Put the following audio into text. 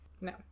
no